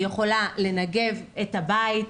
שהיא יכולה לנגב את הבית,